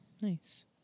Nice